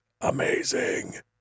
amazing